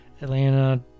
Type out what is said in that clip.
Atlanta